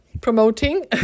Promoting